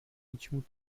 něčemu